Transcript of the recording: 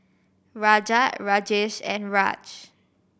Rajat Rajesh and Raj